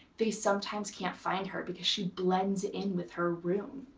they sometimes can't find her because she blends in with her room.